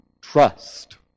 trust